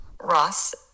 Ross